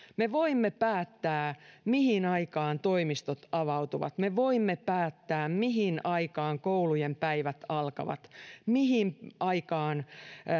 me voimme päättää mihin aikaan toimistot avautuvat me voimme päättää mihin aikaan koulujen päivät alkavat mihin aikaan